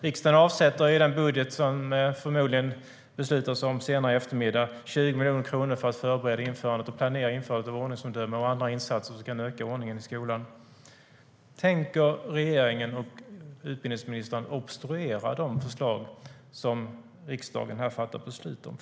Riksdagen avsätter genom det budgetbeslut som förmodligen fattas senare i eftermiddag 20 miljoner kronor för att förbereda införandet och planeringen för ordningsomdöme och andra insatser som kan öka ordningen i skolan. Tänker regeringen och utbildningsministern obstruera mot de förslag som riksdagen fattar beslut om?